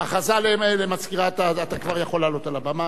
הודעה למזכירת הכנסת,